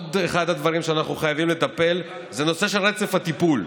דבר נוסף שאנחנו חייבים לטפל בו זה הנושא של רצף הטיפול.